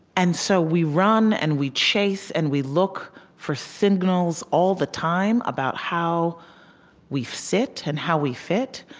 and so we run and we chase and we look for signals all the time about how we sit and how we fit,